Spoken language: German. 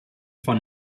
von